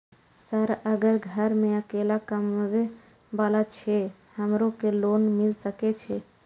Sir अगर घर में अकेला कमबे वाला छे हमरो के लोन मिल सके छे?